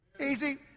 easy